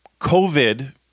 COVID